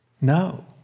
No